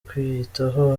kwiyitaho